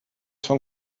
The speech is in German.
von